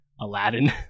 Aladdin